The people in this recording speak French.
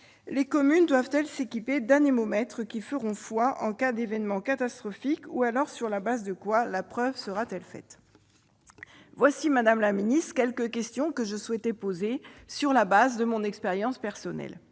Les communes doivent-elles s'équiper d'anémomètres qui feront foi en cas d'événement catastrophique ? Sinon, sur quel fondement la preuve sera-t-elle établie ? Voilà, madame la ministre, quelques questions que je souhaitais poser, sur la base de mon expérience personnelle.